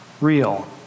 real